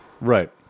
Right